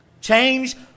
Change